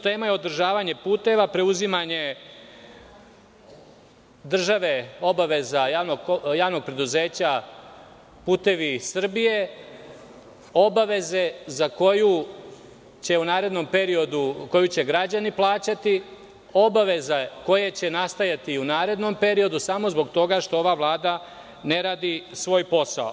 Tema je održavanje puteva, preuzimanje države obaveza JP "Putevi Srbije", obaveze koje će u narednom periodu građani plaćati, obaveze koje će nastajati i u narednom periodu, samo zbog toga što ova Vlada ne radi svoj posao.